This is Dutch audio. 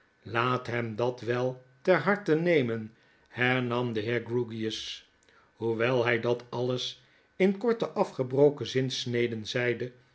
laat hem dat wel ter harte nemen hernam de heer grewgious hoewel hy dat alles in korte afgebroken zinsneden zeide